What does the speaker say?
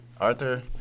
Arthur